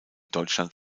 deutschland